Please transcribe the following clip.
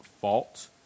fault